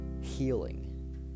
healing